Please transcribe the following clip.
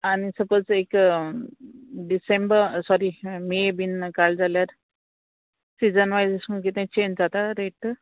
आनी सपोज एक December sorry May बीन काड्ल जाल्यार सिजन वायज एशकोन्न कितें चेंज जाता रेट